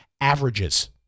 averages